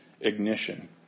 ignition